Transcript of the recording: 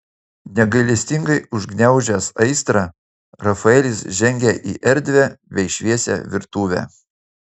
negailestingai užgniaužęs aistrą rafaelis žengė į erdvią bei šviesią virtuvę